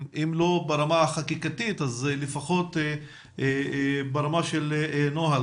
אם לא ברמה החקיקתית אז לפחות ברמה של נוהל,